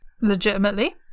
legitimately